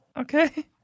Okay